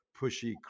pushy